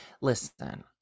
listen